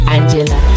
Angela